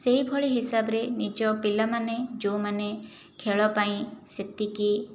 ସେହିଭଳି ହିସାବରେ ନିଜ ପିଲାମାନେ ଯେଉଁମାନେ ଖେଳ ପାଇଁ ସେତିକି